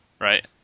right